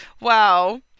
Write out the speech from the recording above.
wow